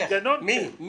המנגנון כן.